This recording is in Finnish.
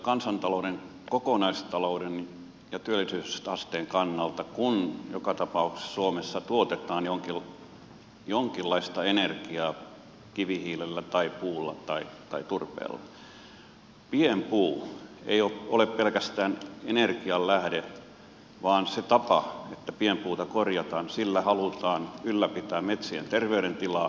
kansantalouden kokonaistalouden ja työllisyysasteen kannalta kun joka tapauksessa suomessa tuotetaan jonkinlaista energiaa kivihiilellä tai puulla tai turpeella pienpuu ei ole pelkästään energianlähde vaan sillä tavalla että pienpuuta korjataan halutaan ylläpitää metsien terveydentilaa